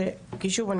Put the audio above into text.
כי שוב,